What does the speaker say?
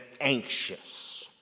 anxious